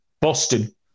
Boston